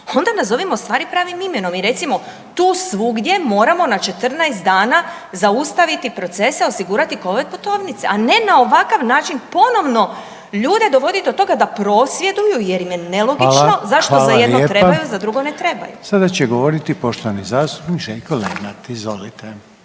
onda nazovimo stvari pravim imenom i recimo tu svugdje moramo na 14 dana zaustaviti procese i osigurati covid putovnice a ne na ovakav način ponovno dovodit ljude da prosvjeduju jer im je nelogično zašto za jedno trebaju za drugo ne trebaju. **Reiner, Željko (HDZ)** Hvala lijepa. Sada će govoriti